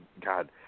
God